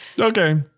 Okay